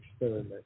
experiment